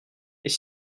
est